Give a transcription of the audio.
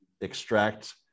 extract